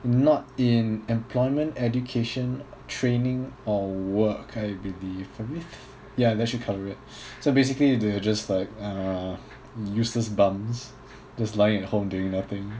not in employment education training or work I believe ya that should cover it so basically they're just like uh useless bums just lying at home doing nothing